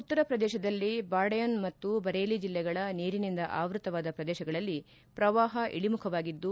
ಉತ್ತರ ಪ್ರದೇಶದಲ್ಲಿ ಬಾಡಯುನ್ ಮತ್ತು ಬರೇಲಿ ಜಿಲ್ಲೆಗಳ ನೀರಿನಿಂದ ಆವ್ಬತವಾದ ಪ್ರದೇಶಗಳಲ್ಲಿ ಪ್ರವಾಹ ಇಳಮುಖವಾಗಿದ್ದು